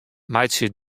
meitsje